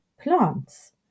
plants